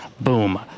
boom